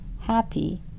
happy